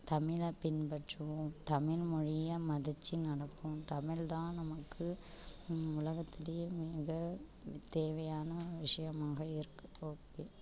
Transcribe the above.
தமிழை பின்பற்றுவோம் தமிழ் மொழியை மதிச்சு நடப்போம் தமிழ் தான் நமக்கு உலகத்திலயே மிக தேவையான விஷயமாக இருக்குது ஓகே